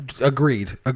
agreed